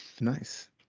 nice